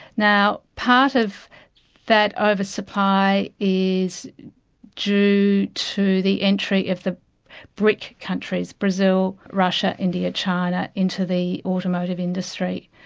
now part of that over-supply is due to the entry of the bric countries brazil, russia, india, china into the automotive industry,